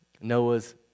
Noah's